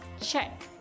check